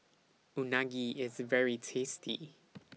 Unagi IS very tasty